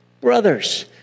brothers